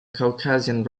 caucasian